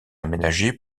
aménagée